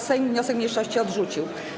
Sejm wniosek mniejszości odrzucił.